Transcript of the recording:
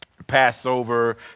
Passover